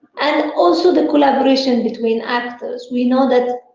and also the collaboration between actors. we know that,